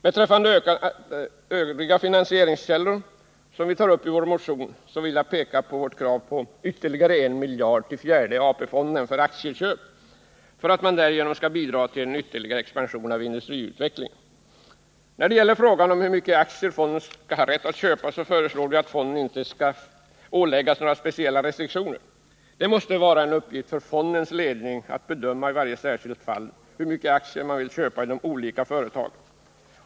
Beträffande de övriga finansieringskällor som vi tar upp i vår motion vill jag peka på vårt krav på ytterligare en miljard till fjärde AP-fonden för aktieköp, vilket skulle bidra till en ytterligare expansion av industriutvecklingen. När det gäller frågan om hur mycket aktier fonden skall ha rätt att köpa föreslår vi att fonden inte skall åläggas några speciella restriktioner. Det måste vara en uppgift för fondens ledning att i varje särskilt fall bedöma hur mycket aktier man vill köpa i de olika företagen.